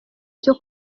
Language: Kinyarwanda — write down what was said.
cyo